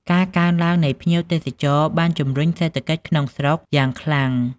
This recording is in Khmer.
ការកើនឡើងនៃភ្ញៀវទេសចរណ៍បានជំរុញសេដ្ឋកិច្ចក្នុងស្រុកយ៉ាងខ្លាំង។